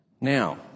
Now